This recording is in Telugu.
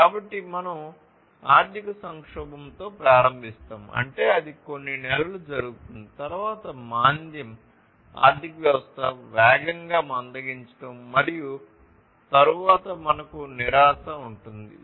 కాబట్టి మనం ఆర్థిక సంక్షోభంతో ప్రారంభిస్తాము అంటే అది కొన్ని నెలలు జరుగుతుంది తరువాత మాంద్యం ఉంటుంది